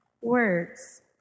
words